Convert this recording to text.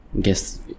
guess